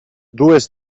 dues